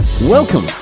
Welcome